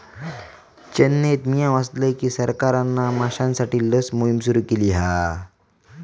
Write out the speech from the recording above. चेन्नईत मिया वाचलय की सरकारना माश्यांसाठी लस मोहिम सुरू केली हा